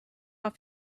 off